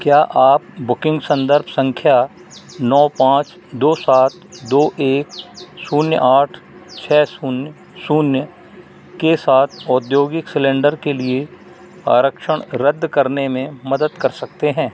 क्या आप बुकिंग संदर्भ संख्या नौ पाँच दो सात दो एक शून्य आठ छः शून्य शून्य के साथ औद्योगिक सलेंडर के लिए आरक्षण रद्द करने में मदद कर सकते हैं